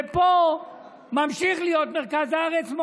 ופה ממשיך להיות מרכז הארץ,